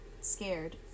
scared